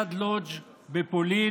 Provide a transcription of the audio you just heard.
שליד לודז' בפולין,